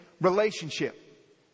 relationship